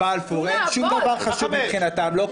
אין שום דבר חשוב מבחינתם מלבד ההפגנות בבלפור,